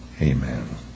Amen